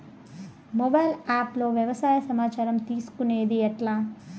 Mobile app లో వ్యవసాయ సమాచారం తీసుకొనేది ఎట్లా?